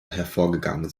hervorgegangen